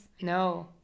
no